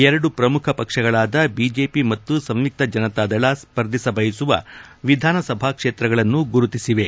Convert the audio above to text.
ಎರಡು ಪ್ರಮುಖ ಪಕ್ಷಗಳಾದ ಬಿಜೆಪಿ ಮತ್ತು ಸಂಯುಕ್ತ ಜನತಾದಳ ಸ್ಪರ್ಧಿಸ ಬಯಸುವ ವಿಧಾನಸಭಾ ಕ್ಷೇತ್ರಗಳನ್ನು ಗುರುತಿಸಿವೆ